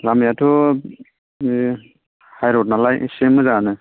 लामायाथ' हाइर'ड नालाय एसे मोजाङानो